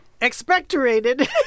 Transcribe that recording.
expectorated